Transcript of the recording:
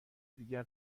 دیگر